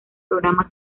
programa